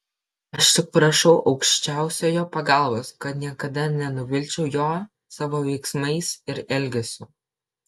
aš tik prašau aukščiausiojo pagalbos kad niekada nenuvilčiau jo savo veiksmais ir elgesiu